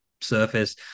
surface